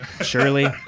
surely